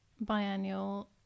Biennial